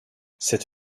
cette